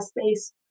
space